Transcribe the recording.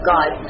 God